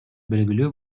белгилүү